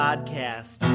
Podcast